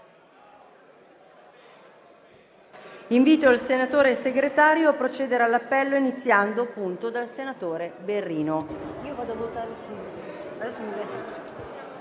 Invito il senatore Segretario a procedere all'appello, iniziando dal senatore Berrino.